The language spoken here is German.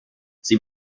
sie